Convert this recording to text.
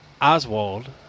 Oswald